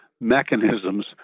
mechanisms